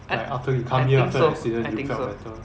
I I think so I think so